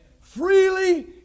Freely